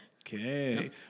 Okay